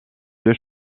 deux